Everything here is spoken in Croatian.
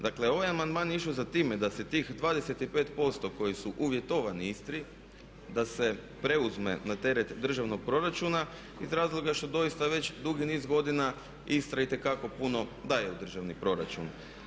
Dakle, ovaj amandman je išao za time da se tih 25% koji su uvjetovani Istri da se preuzme na teret državnog proračuna iz razloga što doista već dugi niz godina Istra itekako puno daje u državni proračun.